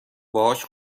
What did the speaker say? باهاش